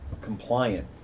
compliant